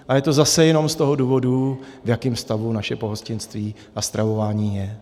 A je to zase jenom z toho důvodu, v jakém stavu naše pohostinství a stravování je.